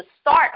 start